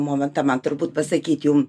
momentą man turbūt pasakyt jums